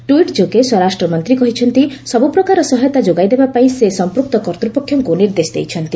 tweet ଯୋଗେ ସ୍ୱରାଷ୍ଟ୍ରମନ୍ତ୍ରୀ କହିଛନ୍ତି ସବୁପ୍ରକାର ସହାୟତା ଯୋଗାଇ ଦେବାପାଇଁ ସେ ସମ୍ପୃକ୍ତ କର୍ତ୍ତୃପକ୍ଷଙ୍କୁ ନିର୍ଦ୍ଦେଶ ଦେଇଛନ୍ତି